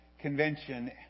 Convention